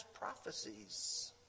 prophecies